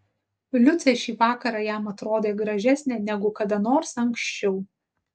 liucė šį vakarą jam atrodė gražesnė negu kada nors anksčiau